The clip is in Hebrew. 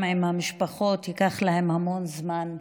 גם למשפחות, ייקח להם המון זמן להגליד,